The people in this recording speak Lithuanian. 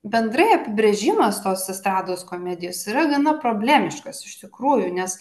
bendrai apibrėžimas tos estrados komedijos yra gana problemiškas iš tikrųjų nes